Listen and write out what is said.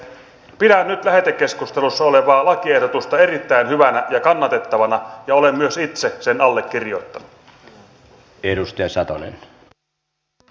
pidän nyt lähetekeskustelussa olevaa lakiehdotusta erittäin hyvänä ja kannatettavana ja olen myös itse sen allekirjoittanut